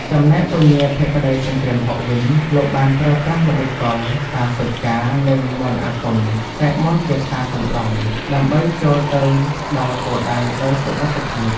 ចំណែកពញាភក្តីសង្គ្រាមហុក វិញ លោកបានប្រើប្រាស់ល្បិចកល ការស៊ើបការណ៍ និងមន្តអាគម (សែកមន្តគាថាសណ្តំ) ដើម្បីចូលទៅដល់គោលដៅដោយសុវត្ថិភាព។